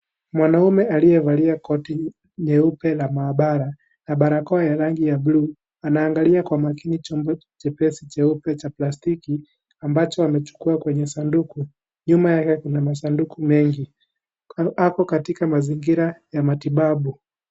Mwanamume aliyevalia koti nyeupe la maabara na barakoa ya rangi ya bluu. Anaangalia kwa makini chombo chepesi cheupe cha plastiki, ambacho anachukua kwenye sanduku. Nyuma yake kuna masanduku mengi. Ako katika mazingira ya matibabu.